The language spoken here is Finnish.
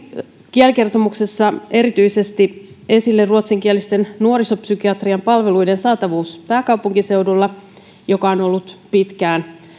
kielikertomuksessa nousi erityisesti esille ruotsinkielisten nuorisopsykiatrian palveluiden saatavuus pääkaupunkiseudulla mikä on ollut pitkään